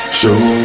Show